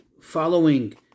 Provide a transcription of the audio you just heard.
following